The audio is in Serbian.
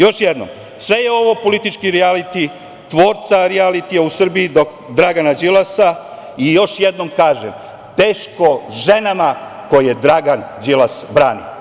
Još jednom, sve je ovo politički rijaliti tvorca rijalitija u Srbiji Dragana Đilasa i, još jednom kažem, teško ženama koje Dragan Đilas brani.